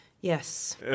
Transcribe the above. Yes